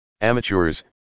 Amateurs